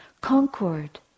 concord